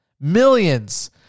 Millions